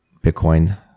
Bitcoin